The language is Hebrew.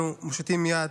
אנחנו מושיטים יד.